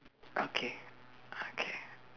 okay okay